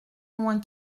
loin